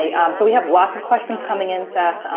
yeah um so we have lots of questions coming in, seth.